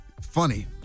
Funny